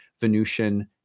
Venusian